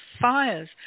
fires